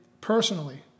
personally